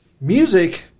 Music